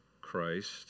Christ